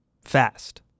fast